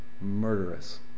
murderous